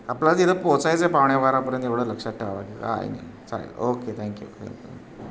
आपल्याला तिथं पोचायचं आहे पावणेबारापर्यंत एवढं लक्षात ठेवा काही नाही चालेल ओके थँक्यू थँक्यू